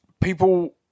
people